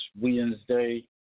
Wednesday